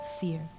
fear